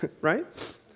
right